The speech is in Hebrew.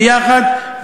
ביחד,